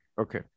Okay